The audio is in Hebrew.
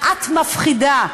את מפחידה.